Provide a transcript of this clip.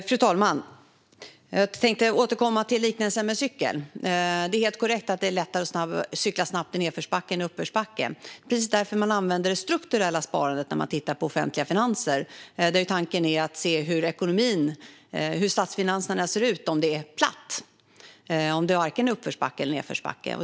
Fru talman! Jag tänker återkomma till liknelsen med cykeln. Det är helt korrekt att det är enklare att cykla snabbt i nedförsbacke än i uppförsbacke. Det är precis därför man tittar på det strukturella sparandet när man jämför offentliga finanser - tanken är att se hur statsfinanserna ser ut om det är platt och varken är uppförsbacke eller nedförsbacke.